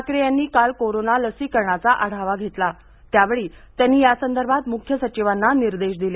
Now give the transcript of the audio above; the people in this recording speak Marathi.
ठाकरे यांनी काल कोरोना लसीकरणाचा आढावा घेतला त्यावेळी त्यांनी यासंदर्भात मुख्य सचिवांना निर्देश दिले